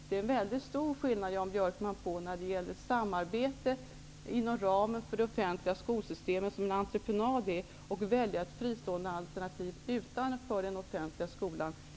Det är en stor skillnad, Jan Björkman, mellan det samarbete inom ramen för det offentliga skolsystemet som en entreprenad utgör och ett val av ett fristående alternativ utanför den offentliga skolan.